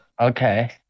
Okay